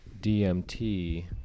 DMT